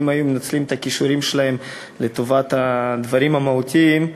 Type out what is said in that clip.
אם הם היו מנצלים את הכישורים שלהם לטובת הדברים המהותיים,